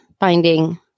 Finding